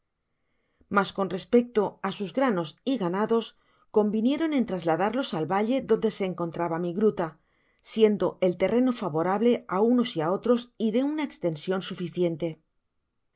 mas con respecto á sus granos y ganados convi nieron en trasladarlos al valle donde se encontraba mi gruta siendo el terreno favorable á unos y á otros y de una estension suficiente